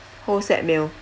whole set meal